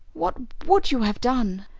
what would you have done?